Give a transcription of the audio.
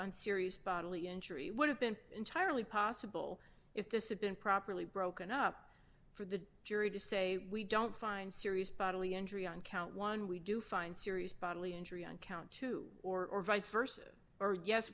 injury would have been entirely possible if this had been properly broken up for the jury to say we don't find serious bodily injury on count one we do find serious bodily injury on count two or vice versa or yes